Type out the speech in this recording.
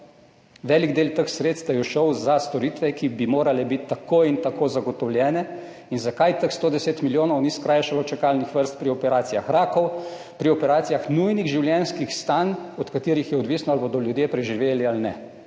Velik del teh sredstev je šel za storitve, ki bi morale biti tako ali tako zagotovljene. In zakaj teh 110 milijonov ni skrajšalo čakalnih vrst pri operacijah rakov, pri operacijah nujnih življenjskih stanj, od katerih je odvisno, ali bodo ljudje preživeli ali ne?